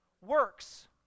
Works